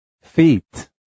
Feet